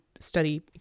study